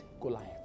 Goliath